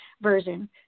version